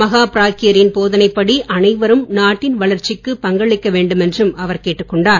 மகா பிராக்யரின் போதனைப் படி அனைவரும் நாட்டின் வளர்ச்சிக்கு பங்களிக்க வேண்டுமென்றும் அவர் கேட்டுக்கொண்டார்